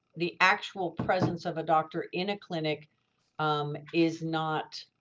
the actual presence of a doctor in a clinic um is not